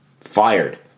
Fired